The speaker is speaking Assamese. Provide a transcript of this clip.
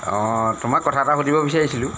অঁ তোমাক কথা এটা সুধিব বিচাৰিছিলোঁ